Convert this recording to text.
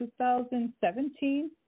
2017